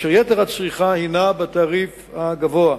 כאשר יתר הצריכה הינה בתעריף הגבוה.